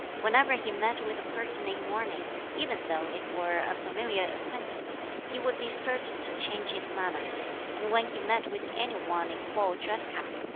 whenever he met with a person in mourning, even though it were a familiar acquaintance, he would be certain to change his manner and when he met with any one in full-dress cap,